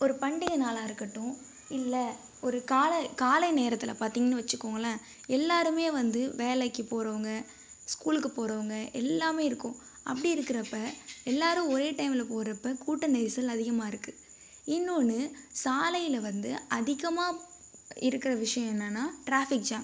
ஒரு பண்டிகை நாளாக இருக்கட்டும் இல்லை ஒரு காலை காலை நேரத்தில் பார்த்திங்கன்னு வச்சிக்கோங்களேன் எல்லாருமே வந்து வேலைக்கு போகிறவங்க ஸ்கூலுக்கு போகிறவங்க எல்லாமே இருக்கும் அப்படி இருக்கிறப்ப எல்லாரும் ஒரே டைம்ல போகிறப்ப கூட்ட நெரிசல் அதிகமாக இருக்குது இன்னொன்னு சாலையில வந்து அதிகமாக இருக்கிற விஷயம் என்னென்னா ட்ராஃபிக் ஜாம்